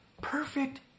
Perfect